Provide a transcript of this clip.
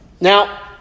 Now